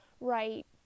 right